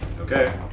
okay